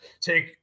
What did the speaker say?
take